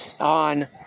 on